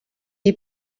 iyi